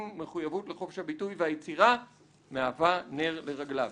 מחויבות לחופש הביטוי והיצירה מהווה נר לרגליו".